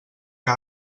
que